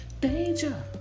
danger